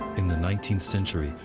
in the nineteenth century,